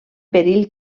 perill